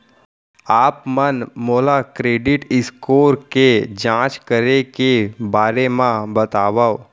आप मन मोला क्रेडिट स्कोर के जाँच करे के बारे म बतावव?